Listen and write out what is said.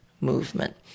movement